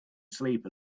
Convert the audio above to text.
sleep